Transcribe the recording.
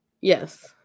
Yes